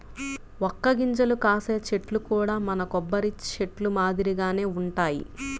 వక్క గింజలు కాసే చెట్లు కూడా మన కొబ్బరి చెట్లు మాదిరిగానే వుంటయ్యి